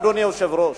אדוני היושב-ראש.